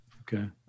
Okay